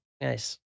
Nice